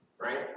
Right